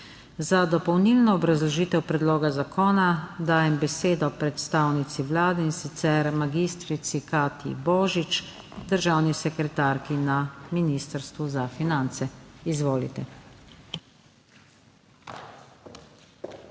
Za dopolnilno obrazložitev predloga zakona dajem besedo predstavnici Vlade, magistri Katji Božič, državni sekretarki na Ministrstvu za finance. Izvolite.